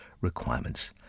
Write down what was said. requirements